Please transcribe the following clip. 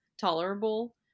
tolerable